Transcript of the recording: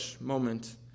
moment